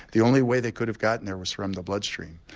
the only way they could have gotten there was from the bloodstream.